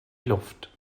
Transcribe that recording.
luft